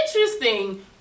Interesting